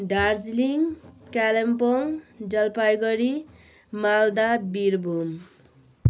Darjeeling Kalimpong Jalpaiguri Malda Birbhum